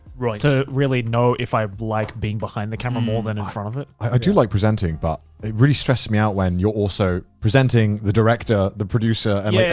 right. to really know if i like being behind the camera more than in ah front of it. i do like presenting, but it really stresses me out when you're also presenting the director, the producer, and like,